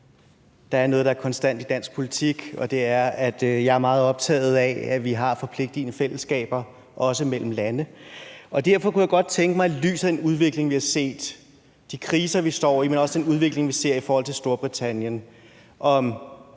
Der er noget, der er konstant i dansk politik, og det er, at jeg er meget optaget af, at vi har forpligtende fællesskaber, også mellem lande. Og derfor kunne jeg godt tænke mig i lyset af de kriser, vi står i, men også i lyset af den udvikling, vi ser i forhold til Storbritannien,